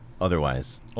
Otherwise